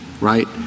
right